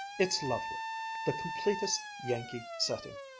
it's lovely the completest yankee setting!